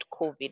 COVID